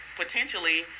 potentially